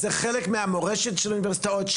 זה חלק מהמורשת של אוניברסיטאות.